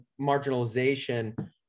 marginalization